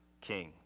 king